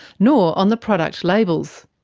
nor on the product labels.